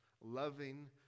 loving